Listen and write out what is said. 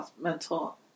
mental